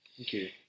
Okay